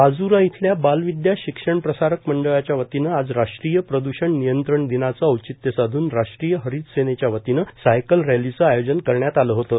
राज्रा इथल्या बालविद्या शिक्षण प्रसारक मंडळाच्या वतीनं आज राष्ट्रीय प्रदूषण नियंत्रण दिनाचं औचित्य साधून राष्ट्रीय हरित सेनेच्या वतीनं सायकल रॅलीचं आयोजन करण्यात आलं होतं